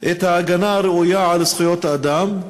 את ההגנה הראויה על זכויות האדם,